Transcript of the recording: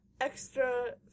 extra